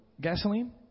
gasoline